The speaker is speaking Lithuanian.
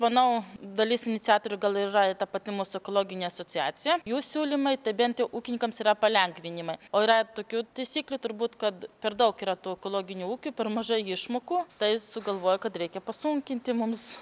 manau dalis iniciatorių gal yra ta pati mūsų ekologinė asociacija jų siūlymai tai bent jau ūkininkams yra palengvinimai o yra tokių taisyklių turbūt kad per daug yra tų ekologinių ūkių per mažai išmokų tai sugalvojo kad reikia pasunkinti mums